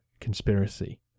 conspiracy